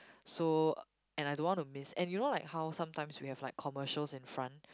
so and I don't want to miss and you know how like sometimes we have like commercials in front